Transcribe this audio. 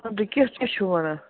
ادٕ کیاہ کیاہ چھو ونان